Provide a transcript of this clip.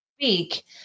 speak